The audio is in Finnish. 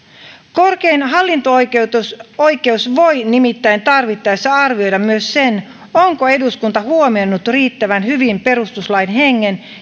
korkein hallinto oikeus oikeus voi nimittäin tarvittaessa arvioida myös sen onko eduskunta huomioinut riittävän hyvin perustuslain hengen